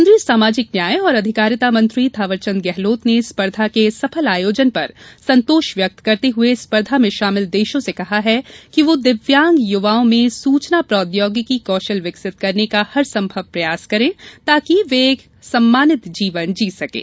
केंद्रीय सामाजिक न्याय और अधिकारिता मंत्री थावरचंद गहलोत ने स्पर्धा के सफल आयोजन पर संतोष व्यक्त करते हुए स्पर्धा में शामिल देशों से कहा कि वह दिव्यांग युवाओं में सूचना प्रौद्योगिकी कौशल विकसित करने का हर संभव प्रयास करें ताकि वे एक सम्मानित जीवन जी सकें